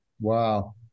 Wow